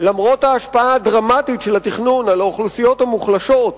למרות ההשפעה הדרמטית של התכנון על האוכלוסיות המוחלשות,